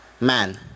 Man